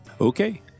Okay